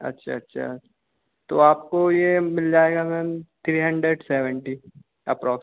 अच्छा अच्छा तो आपको ये मिल जाएगा ma'am three hundred seventy approx